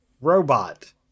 robot